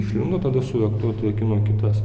išlindo tada su raktu atrakino kitas